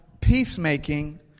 Peacemaking